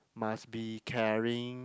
must be caring